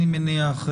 אני מניח,